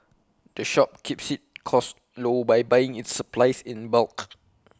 the shop keeps its costs low by buying its supplies in bulk